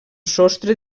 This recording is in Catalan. sostre